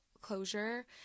closure